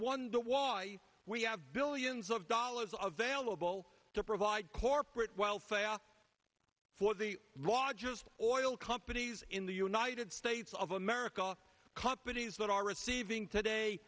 wonder why we have billions of dollars available to provide corporate welfare for the law just oil companies in the united states of america companies that are receiving today